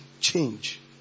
change